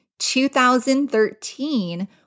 2013